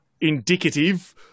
indicative